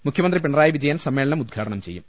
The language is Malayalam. മുഖ്യമന്ത്രി പിണറായി വിജയൻ സമ്മേളനം ഉദ്ഘാടനം ചെയ്യും